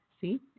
See